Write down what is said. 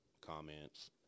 comments